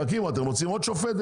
תקימו, אתם רוצים עוד שופטת?